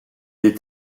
est